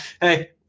Hey